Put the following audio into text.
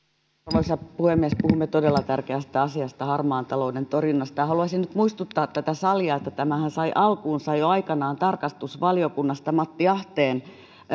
arvoisa puhemies puhumme todella tärkeästä asiasta harmaan talouden torjunnasta ja haluaisin nyt muistuttaa tälle salille että tämähän sai alkunsa jo aikanaan tarkastusvaliokunnasta tällaisesta matti ahteen